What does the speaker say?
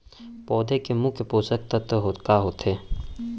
पौधे के मुख्य पोसक तत्व का होथे?